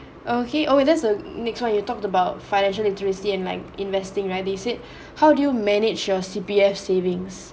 okay oh that's a next one you talked about financial literacy and like investing right they said how do you manage your C_P_F savings